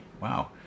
Wow